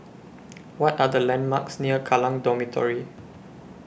What Are The landmarks near Kallang Dormitory